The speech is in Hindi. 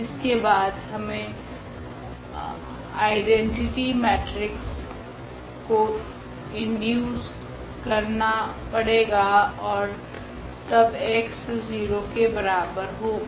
इसके बाद हमे आइडैनटिटि मेट्रिक्स को इंट्रड्यूस करना पड़ेगा ओर तब x 0 के बराबर होगा